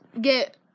get